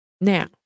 Now